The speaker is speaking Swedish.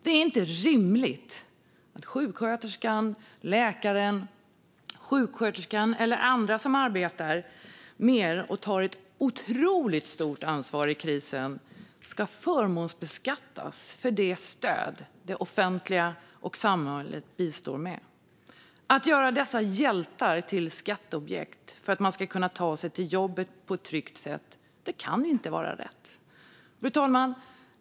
Det är inte rimligt att sjuksköterskan, läkaren eller andra som arbetar mer och tar ett otroligt stort ansvar i krisen ska förmånsbeskattas för det stöd som det offentliga och samhället bistår med. Att göra dessa hjältar till skatteobjekt bara för att de på ett tryggt sätt ska kunna ta sig till jobbet kan inte vara rätt. Fru talman!